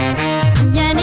and then